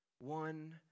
One